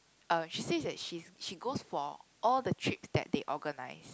um she said that she's she goes for all the trips that they organize